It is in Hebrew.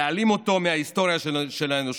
להעלים אותו מההיסטוריה של האנושות,